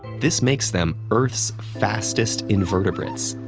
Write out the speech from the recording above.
this makes them earth's fastest invertebrates.